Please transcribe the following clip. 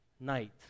night